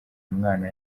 umwana